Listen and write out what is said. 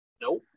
Nope